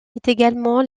également